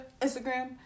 Instagram